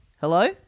Hello